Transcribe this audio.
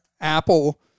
Apple